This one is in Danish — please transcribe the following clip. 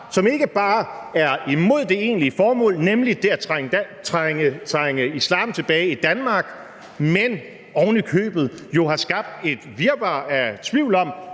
som ikke bare er imod det egentlige formål, nemlig det at trænge islam tilbage i Danmark, men ovenikøbet jo har skabt et virvar af tvivl om,